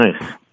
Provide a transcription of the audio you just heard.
Nice